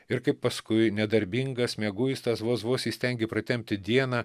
ir kaip paskui nedarbingas mieguistas vos vos įstengi pratempti dieną